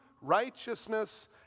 righteousness